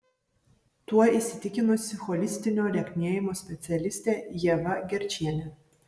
tuo įsitikinusi holistinio lieknėjimo specialistė ieva gerčienė